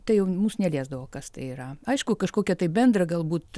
tai jau mus neliesdavo kas tai yra aišku kažkokią tai bendrą galbūt